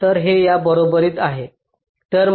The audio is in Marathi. तर हे या बरोबर आहे